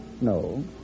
No